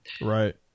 Right